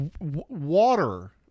water